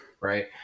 Right